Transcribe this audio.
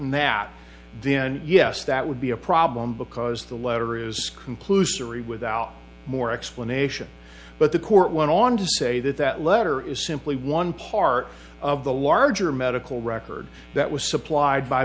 that then yes that would be a problem because the letter is conclusory without more explanation but the court went on to say that that letter is simply one part of the larger medical record that was supplied by